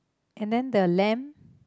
can lend the lamp